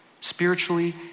spiritually